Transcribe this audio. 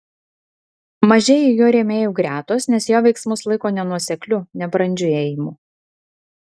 mažėja jo rėmėjų gretos nes jo veiksmus laiko nenuosekliu nebrandžiu ėjimu